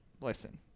Listen